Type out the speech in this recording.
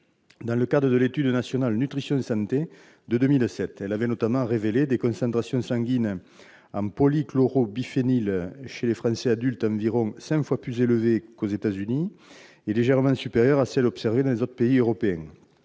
dans le cadre de l'étude nationale nutrition santé de 2007. Elle avait notamment révélé des concentrations sanguines en polychlorobiphényles chez les Français adultes environ cinq fois plus élevées qu'aux États-Unis et légèrement supérieures à celles observées dans les autres pays européens.